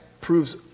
proves